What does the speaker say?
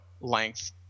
length